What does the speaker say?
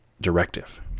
directive